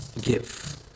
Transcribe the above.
give